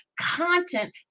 content